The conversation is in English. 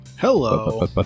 Hello